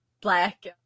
black